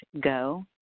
go